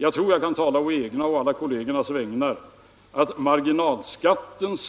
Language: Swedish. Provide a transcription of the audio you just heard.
Jag tror att jag kan tala inte bara å egna utan å alla kollegers vägnar om jag säger, att frågor och problem kring marginalskatten inte